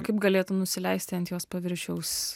kaip galėtų nusileisti ant jos paviršiaus